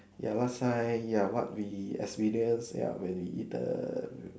ya last time ya what we experience ya when we eat the